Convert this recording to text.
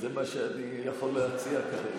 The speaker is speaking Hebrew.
זה מה שאני יכול להציע כרגע.